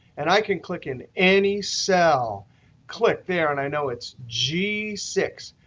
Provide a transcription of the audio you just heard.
and i can click in any cell click there, and i know it's g six.